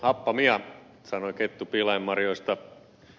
happamia sanoi kettu pihlajanmarjoista